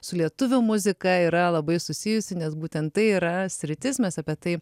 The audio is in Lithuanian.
su lietuvių muzika yra labai susijusi nes būtent tai yra sritis mes apie tai